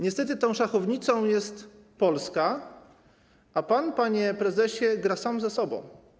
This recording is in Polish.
Niestety tą szachownicą jest Polska, a pan, panie prezesie, gra sam ze sobą.